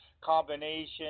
combination